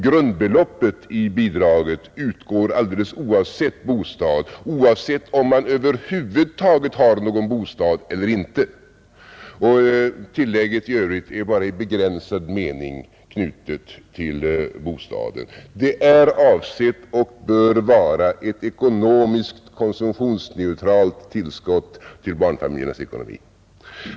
Grundbeloppet i bidraget utgår alldeles oavsett bostad, oavsett om man över huvud taget har någon bostad. Tillägget i övrigt är bara i begränsad mening knutet till bostaden. Det är avsett att vara och bör vara ett konsumtionsneutralt tillskott till barnfamiljernas ekonomi.